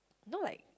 no like